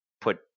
put